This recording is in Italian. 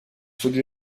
studi